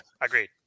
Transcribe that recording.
agreed